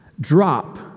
Drop